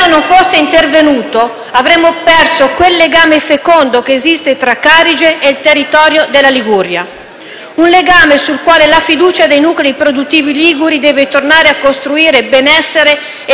non fosse intervenuto avremmo perso quel legame fecondo che esiste tra Carige ed il territorio della Liguria. Un legame sul quale la fiducia dei nuclei produttivi liguri deve tornare a costruire benessere e